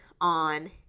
on